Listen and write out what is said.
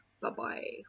Bye-bye